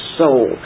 soul